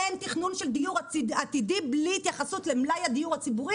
אין תכנון של דיור עתידי בלי התייחסות למלאי הדיור הציבורי